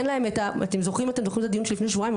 אתם זוכרים את הדיון שלפני שבועיים,